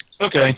Okay